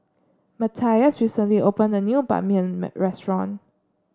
Matthias recently opened a new ban mean Mian restaurant